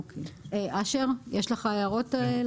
אשר, יש לך הערות?